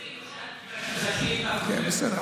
מה ששאלתי, אשאל בשאלה חוזרת.